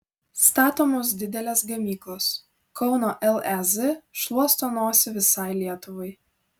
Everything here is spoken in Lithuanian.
statomos didelės gamyklos kauno lez šluosto nosį visai lietuvai